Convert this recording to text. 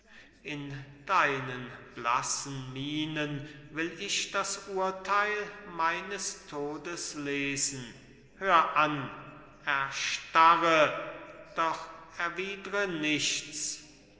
in deinen blassen mienen will ich das urteil meines todes lesen hör an erstarre doch erwidre nichts